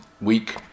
week